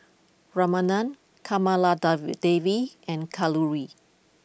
Ramanand Kamaladevi David and Kalluri